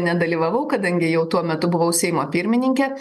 nedalyvavau kadangi jau tuo metu buvau seimo pirmininkė